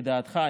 כדעתך,